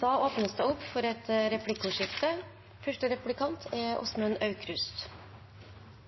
Det blir replikkordskifte. Da klimameldingen ble lagt fram, sa statsminister Erna Solberg at